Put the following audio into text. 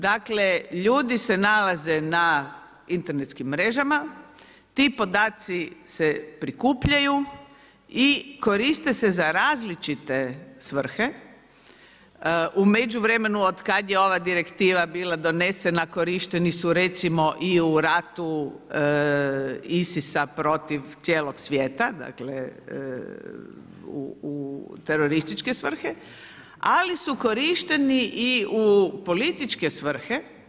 Dakle, ljudi se nalaze na internetskim mrežama, ti podaci se prikupljaju i koriste se z a različite svrhe, u međuvremenu, od kada je ova direktiva bila donesena, korišteni su recimo i u ratu ISIS-a protiv cijelog svijeta, dakle, u terorističke svrhe, ali su korišteni i u političke svrhe.